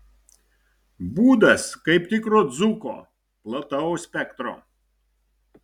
būdas kaip tikro dzūko plataus spektro